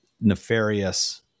nefarious